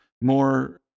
more